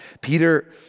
Peter